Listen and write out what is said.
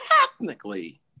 technically